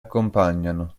accompagnano